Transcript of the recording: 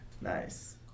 nice